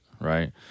right